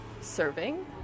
serving